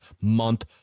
month